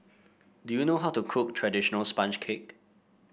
do you know how to cook traditional sponge cake